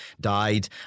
died